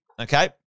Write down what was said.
okay